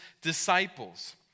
disciples